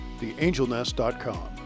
theangelnest.com